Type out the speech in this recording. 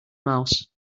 mouse